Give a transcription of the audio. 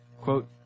quote